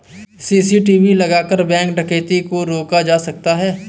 CCTV लगाकर bank डकैती को रोका जा सकता है